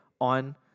on